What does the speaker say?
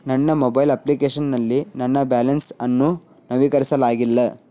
ನನ್ನ mobile application ನಲ್ಲಿ ನನ್ನ ಬ್ಯಾಲೆನ್ಸ್ ಅನ್ನು ನವೀಕರಿಸಲಾಗಿಲ್ಲ